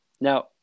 Now